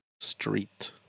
Street